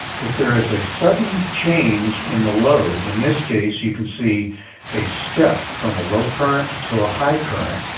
if there is a sudden change in the load, in this case, you can see a step from a low current to a high current.